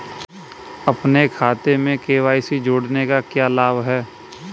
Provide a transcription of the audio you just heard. अपने खाते में के.वाई.सी जोड़ने का क्या लाभ है?